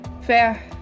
fair